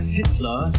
Hitler